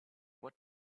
what